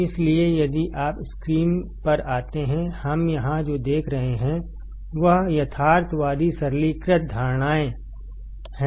इसलिए यदि आप स्क्रीन पर आते हैंहम यहां जो देख रहे हैं वह यथार्थवादी सरलीकृत धारणाएं हैं